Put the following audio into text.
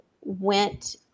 went